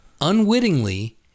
Unwittingly